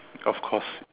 of course